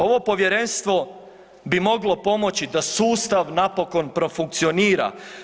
Ovo povjerenstvo bi moglo pomoći da sustav napokon profunkcionira.